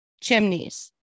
chimneys